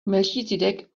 melchizedek